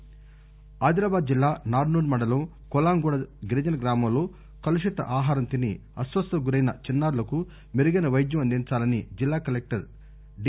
ఆదిలాబాద్ ఆదిలాబాద్ జిల్లా నార్పూర్ మండలం కొలాంగూడ గిరిజన గ్రామంలో కలుషిత ఆహారం తిని అస్వస్థతకు గురైన చిన్నా రులకు మెరుగైన పైద్యం అందించాలని జిల్లా కలెక్లర్ డి